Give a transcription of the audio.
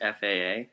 FAA